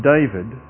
David